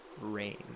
rain